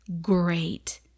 great